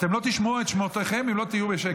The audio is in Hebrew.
אתם לא תשמעו את שמותיכם אם לא תהיו בשקט.